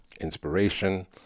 Inspiration